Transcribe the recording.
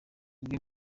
bwe